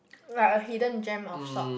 like a hidden gem of salt